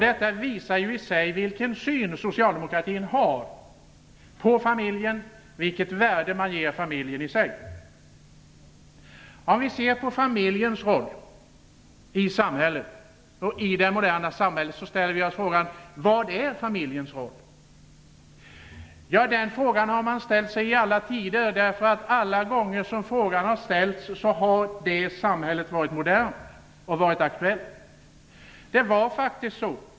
Detta visar vilken syn man inom socialdemokratin har på familjen och vilket värde man ger familjen i sig. Vilken är familjens roll i det moderna samhället? Den frågan har man ställt sig i alla tider. Alla gånger frågan har ställts har just det samhälle man då levt i varit modernt och aktuellt.